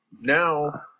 Now